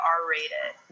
r-rated